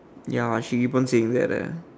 ya she even says that leh